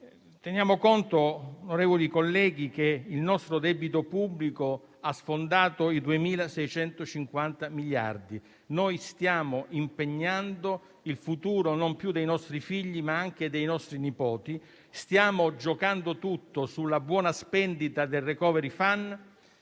Teniamo conto, onorevoli colleghi, che il nostro debito pubblico ha sfondato i 2.650 miliardi. Noi stiamo impegnando il futuro non più dei nostri figli, ma anche dei nostri nipoti. Stiamo giocando tutto sulla buona spendita del *recovery fund*,